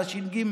על הש"ג.